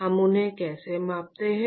हम उन्हें कैसे मापते हैं